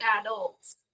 adults